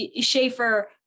Schaefer